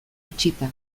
itxita